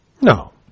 No